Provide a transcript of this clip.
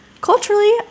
culturally